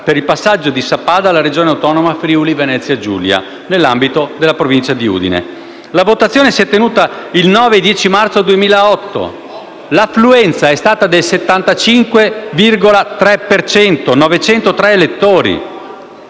per il passaggio di Sappada alla Regione autonoma Friuli-Venezia Giulia, nell'ambito della Provincia di Udine. La votazione si è tenuta nelle giornate del 9 e 10 marzo 2008: l'affluenza è stata pari al 75,3 per cento